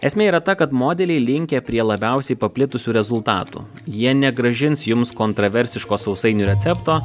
esmė yra ta kad modeliai linkę prie labiausiai paplitusių rezultatų jie negrąžins jums kontroversiško sausainių recepto